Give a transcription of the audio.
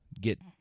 get